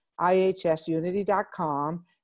ihsunity.com